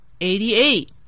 eighty-eight